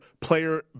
Player